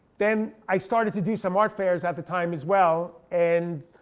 then i started to do some art fairs at the time as well. and